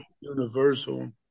Universal